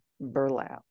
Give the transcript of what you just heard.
burlap